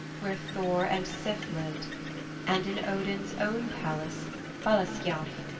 where thor and sif lived and in odin's own palace valaskjalf,